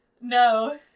no